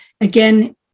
again